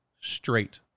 straight